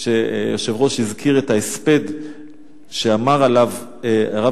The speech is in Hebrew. שהיושב-ראש הזכיר את ההספד שאמר הרב